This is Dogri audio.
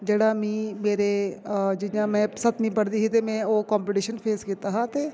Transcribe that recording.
जेह्ड़ा मीं मेरे अ जि'यां में सतमीं पढ़दी ही ते में ओह् कंपीटिशन फेस कीता हा ते